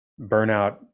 burnout